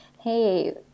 hey